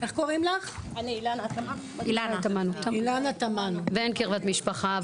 אין קרבת משפחה.